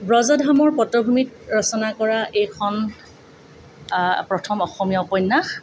ব্ৰজধামৰ পটভূমিত ৰচনা কৰা এইখন প্ৰথম অসমীয়া উপন্যাস